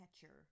catcher